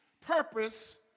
purpose